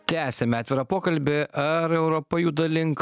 tęsiame atvirą pokalbį ar europa juda link